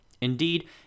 Indeed